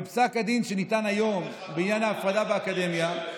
בפסק הדין שניתן היום בעניין ההפרדה באקדמיה,